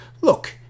look